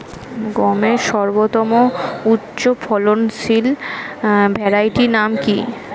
গমের সর্বোত্তম উচ্চফলনশীল ভ্যারাইটি নাম কি?